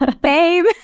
Babe